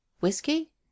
Whiskey